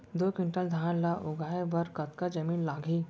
दो क्विंटल धान ला उगाए बर कतका जमीन लागही?